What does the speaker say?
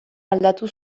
aldatu